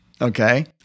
Okay